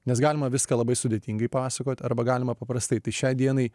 nes galima viską labai sudėtingai pasakot arba galima paprastai tai šiai dienai